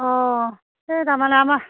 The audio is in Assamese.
অঁ সেই তাৰমানে আমাৰ